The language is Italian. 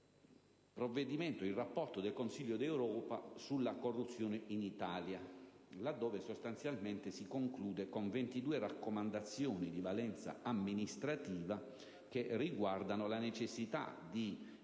il rapporto del Consiglio d'Europa sulla corruzione in Italia, che si conclude con 22 raccomandazioni di valenza amministrativa che riguardano la necessità di